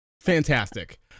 Fantastic